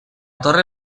torre